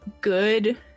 good